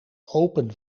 open